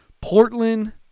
Portland